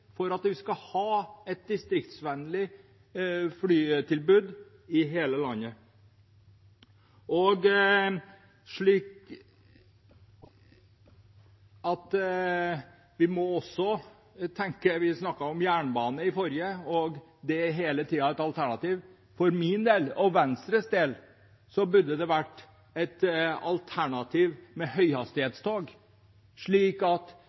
for at vi skal ha et distriktsvennlig flytilbud i hele landet. Vi snakket om jernbane i forrige sak, og at det hele tiden er et alternativ. For min og Venstres del burde det ha vært et alternativ med høyhastighetstog, slik at